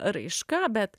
raiška bet